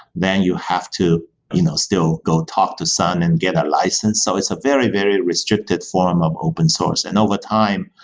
then you have to you know still go talk to sun and get a license. so, it's a very, very restricted form of open source. and overtime,